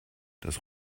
das